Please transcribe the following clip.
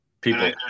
people